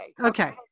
Okay